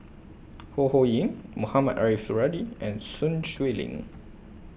Ho Ho Ying Mohamed Ariff Suradi and Sun Xueling